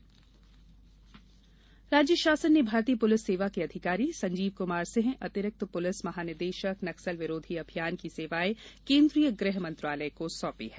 कार्यभार राज्य शासन ने भारतीय पुलिस सेवा के अधिकारी संजीव कुमार सिंह अतिरिक्त पुलिस महानिदेशक नक्सल विरोधी अभियान की सेवाएँ केन्दीय गृह मंत्रालय को सौंपी हैं